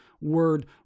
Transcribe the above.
word